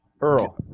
Earl